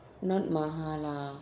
not maha lah